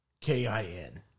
K-I-N